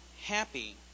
happy